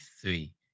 Three